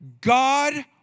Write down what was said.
God